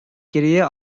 geriye